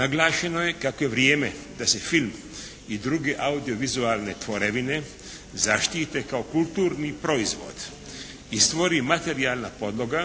Naglašeno je kako je vrijeme da se film i druge audio-vizualne tvorevine zaštite kao kulturni proizvod i stvori materijalna podloga